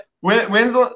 when's